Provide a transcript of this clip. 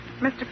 Mr